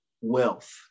wealth